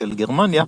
של גרמניה,